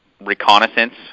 reconnaissance